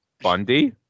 Bundy